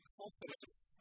confidence